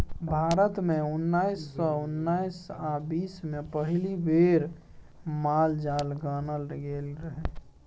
भारत मे उन्नैस सय उन्नैस आ बीस मे पहिल बेर माल जाल गानल गेल रहय